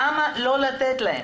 למה לא לתת להם?